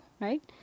right